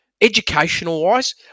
educational-wise